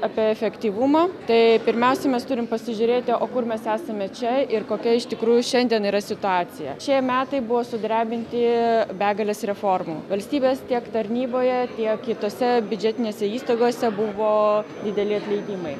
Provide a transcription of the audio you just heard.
apie efektyvumą tai pirmiausia mes turim pasižiūrėti o kur mes esame čia ir kokia iš tikrųjų šiandien yra situacija šie metai buvo sudrebinti begalės reformų valstybės tiek tarnyboje tiek kitose biudžetinėse įstaigose buvo dideli atleidimai